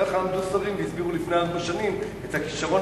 כך עמדו שרים והסבירו לפני ארבע שנים את הכשרון